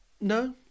No